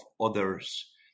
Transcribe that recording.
others